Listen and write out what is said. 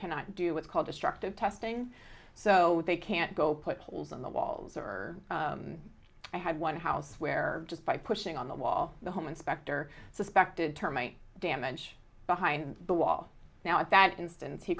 cannot do what's called destructive testing so they can't go put holes in the walls or i have one house where just by pushing on the wall the home inspector suspected termite damage behind the wall now at that instance he